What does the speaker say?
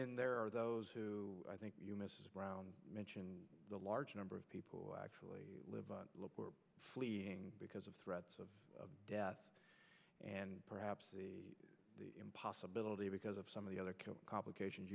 then there are those who i think you mrs brown mentioned the large number of people actually live fleeing because of threats of death and perhaps the possibility because of some of the other key complications